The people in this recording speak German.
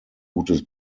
gutes